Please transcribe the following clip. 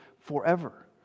forever